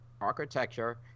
architecture